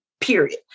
Period